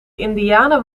indianen